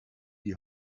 die